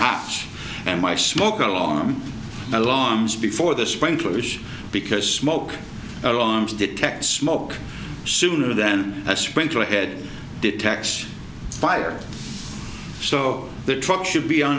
house and my smoke alarm alarms before the sprinklers because smoke alarms detect smoke sooner then a sprinkler head detects fire so the truck should be on